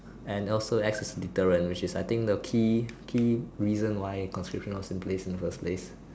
and also acts as a deterrent which is I think the key key reason why conscription was in place in the first place